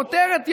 כותרת יפה,